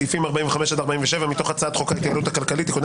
רק סעיפים 47-45 מתוך הצעת חוק ההתייעלות הכלכלית (תיקוני